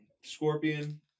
Scorpion